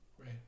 Right